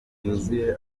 yuzuye